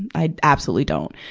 i absolutely don't.